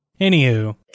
Anywho